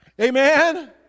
Amen